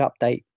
update